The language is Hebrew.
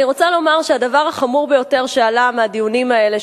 אני רוצה לומר שהדבר החמור ביותר שעלה מהדיונים האלה,